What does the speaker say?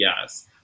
yes